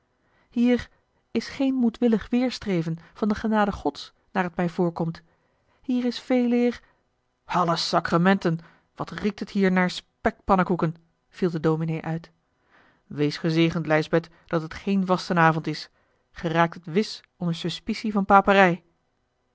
hier is geen moedwillig weêrstreven van de genade gods naar het mij voorkomt hier is veeleer alle sacramenten wat riekt het hier naar spekpannekoeken viel de dominé uit wees gezegend lijsbeth dat het geen vastenavond is ge raaktet wis onder suspicie van paperij